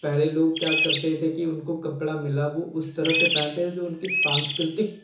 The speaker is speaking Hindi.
पहले लोग क्या करते थे कि उनको कपड़ा मिला वह उस तरह से पहनते थे जो उनकी सांस्कृतिक